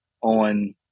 on –